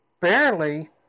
barely